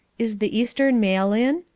is the eastern mail in?